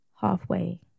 Halfway